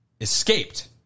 escaped